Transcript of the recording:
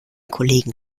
kollegen